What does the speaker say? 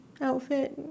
outfit